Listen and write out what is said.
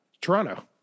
Toronto